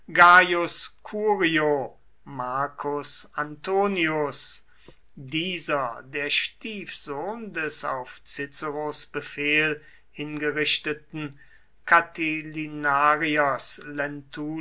marcus antonius dieser der stiefsohn des auf ciceros befehl hingerichteten